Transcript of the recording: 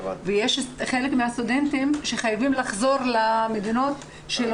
וחלק מן הסטודנטים חייבים לחזור למדינות שבהן